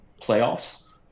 playoffs